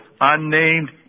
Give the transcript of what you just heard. unnamed